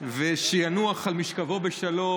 ושינוח על משכבו בשלום.